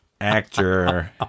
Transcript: Actor